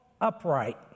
upright